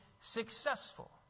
successful